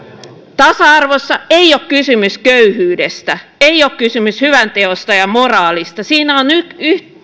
tasa arvossa ei ole kysymys köyhyydestä ei ole kysymys hyvänteosta ja moraalista